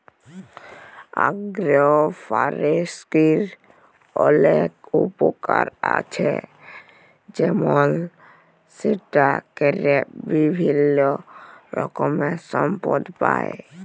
আগ্র ফরেষ্ট্রীর অলেক উপকার আছে যেমল সেটা ক্যরে বিভিল্য রকমের সম্পদ পাই